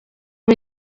ubu